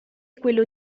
quello